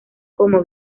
como